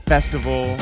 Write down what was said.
Festival